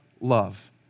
love